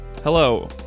Hello